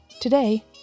Today